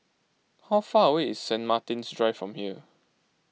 how far away is Sant Martin's Drive from here